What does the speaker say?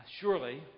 Surely